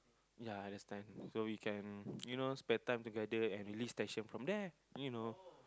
ya that's nice so we can you know spend time together and release tension from there you know